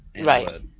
Right